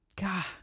God